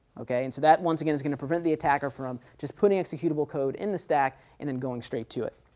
ok and so that once again, is going to prevent the attacker from just putting executable code in the stack and then going straight to it.